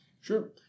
sure